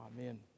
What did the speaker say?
Amen